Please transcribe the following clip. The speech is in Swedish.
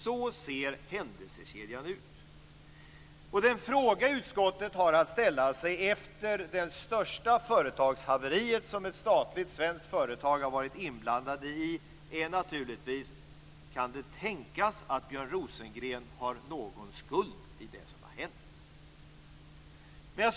Så ser händelsekedjan ut. Den fråga som utskottet har att ställa sig efter det största företagshaveri som ett statligt svenskt företag har varit inblandat i är naturligtvis: Kan det tänkas att Björn Rosengren har någon skuld i det som har hänt?